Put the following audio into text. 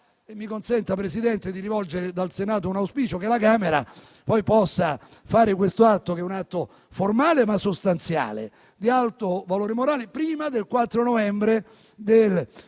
Mi consenta, Presidente, di rivolgere dal Senato un auspicio affinché la Camera possa poi fare questo atto, formale, ma sostanziale e di alto valore morale, prima del 4 novembre 2023.